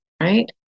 right